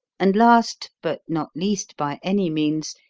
and last, but not least by any means,